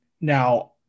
Now